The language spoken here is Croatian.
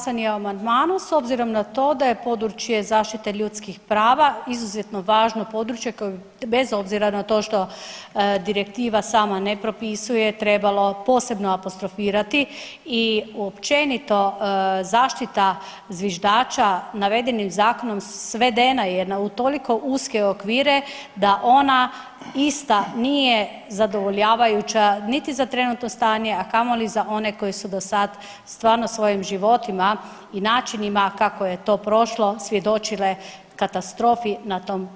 Tražim glasanje o amandmanu s obzirom na to da je područje zaštite ljudskih prava izuzetno važno područje bez obzira na to što direktiva sama ne propisuje trebalo posebno apostrofirati i općenito zaštita zviždača navedenim zakonom svedena je na toliko uske okvire da ona ista nije zadovoljavajuća niti za trenutno stanje, a kamoli za one koji su do sad stvarno svojim životima i načinima kako je to prošlo svjedočile katastrofi na tom području.